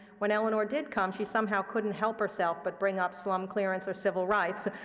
when eleanor did come, she somehow couldn't help herself but bring up slum clearance or civil rights,